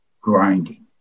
grinding